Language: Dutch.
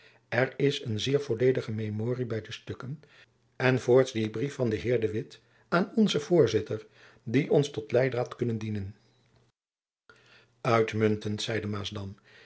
er is een zeer volledige memorie by de stukken en voorts die brief van den heer de witt aan onzen voorzitter die ons tot leiddraad kunnen dienen uitmuntend zeide maasdam